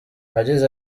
yagize